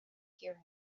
hear